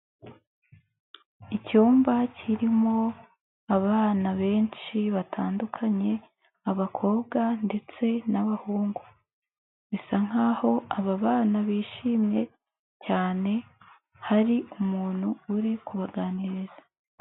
Icyumba kirimo abana benshi batandukanye, abakobwa ndetse n'abahungu, bisa nk'aho aba bana bishimye cyane, hari umuntu uri kubaganiriza.